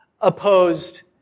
opposed